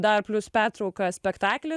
dar plius pertrauka spektaklis